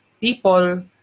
people